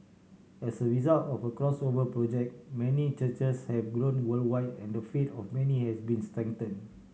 as a result of a Crossover Project many churches have grown worldwide and the faith of many has been strengthen